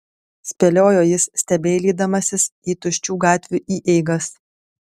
spėliojo jis stebeilydamasis į tuščių gatvių įeigas